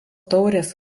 taurės